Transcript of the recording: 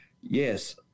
yes